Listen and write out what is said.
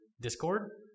Discord